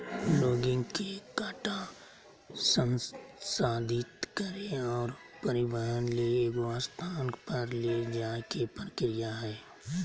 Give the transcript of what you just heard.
logging के काटा संसाधित करे और परिवहन ले एगो स्थान पर ले जाय के प्रक्रिया हइ